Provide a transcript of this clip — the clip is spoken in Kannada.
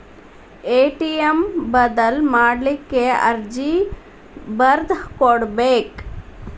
ಎ.ಟಿ.ಎಂ ಬದಲ್ ಮಾಡ್ಲಿಕ್ಕೆ ಅರ್ಜಿ ಬರ್ದ್ ಕೊಡ್ಬೆಕ